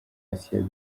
asia